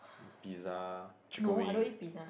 pizza chicken wing